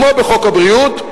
כמו בחוק הבריאות,